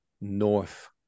north